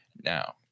now